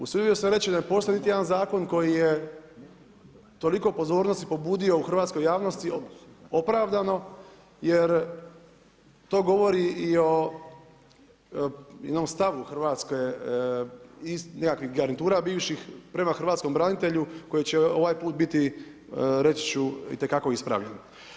Usudio bi se reći da ne postoji niti jedan zakon koji je toliko pozornosti pobudio u hrvatskoj javnosti, opravdano jer to govorio i o jednom stavu Hrvatske i nekakvih garnitura bivših prema hrvatskom branitelju koji će ovaj put biti reći ću, itekako ispravni.